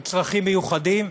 עם צרכים מיוחדים,